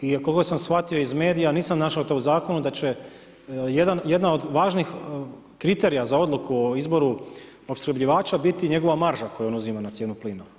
I koliko sam shvatio iz medija nisam našao to u zakonu da će jedan od važnih kriterija za odluku o izboru opskrbljivača biti njegova marža koju on uzima na cijenu plina.